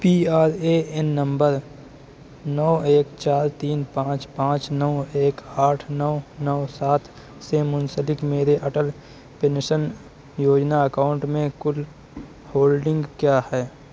P R A N نمبر نو ایک چار تین پانچ پانچ نو ایک آٹھ نو نو سات سے منسلک میرے اٹل پینشن یوجنا اکاؤنٹ میں کل ہولڈنگ کیا ہے